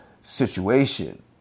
situation